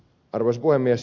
arvoisa puhemies